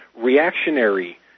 reactionary